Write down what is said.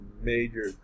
major